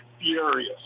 furious